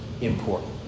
important